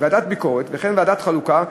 ועדת ביקורת וכן ועדת חלוקה,